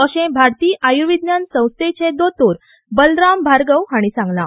अशें भारतीय आयूर्विज्ञान संस्थेचे बलराम भार्गव हांणी सांगलां